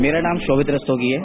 नेरा नाम शोमित रस्तोगी है